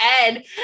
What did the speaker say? ed